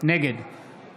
נגד